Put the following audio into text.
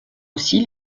aussi